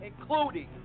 including